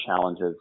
challenges